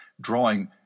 drawing